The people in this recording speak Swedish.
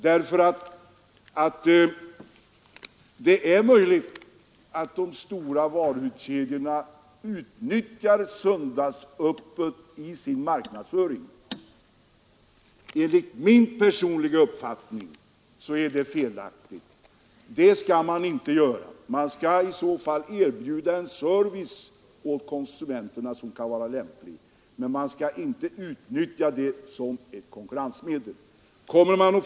Det är nämligen möjligt att de stora varuhuskedjorna utnyttjar söndagsöppethållandet i sin marknadsföring. Enligt min personliga uppfattning är det felaktigt. Det skall varuhusen inte göra. Man kan erbjuda en lämplig service åt konsumenterna, men man skall inte utnyttja söndagsöppethållandet som ett konkurrensmedel.